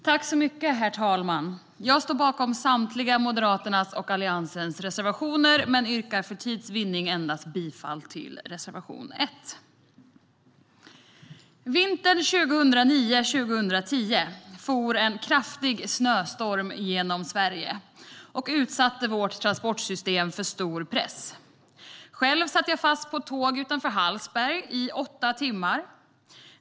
Herr talman! Jag står bakom samtliga Moderaternas och Alliansens reservationer men yrkar för tids vinnande bifall endast till reservation 1. Vintern 2009/10 for en kraftig snöstorm genom Sverige och utsatte vårt transportsystem för stor press. Själv satt jag fast på ett tåg utanför Hallsberg i åtta timmar.